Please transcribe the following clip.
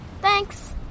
Thanks